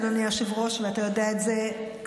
אדוני היושב-ראש ואתה יודע את זה כמוני,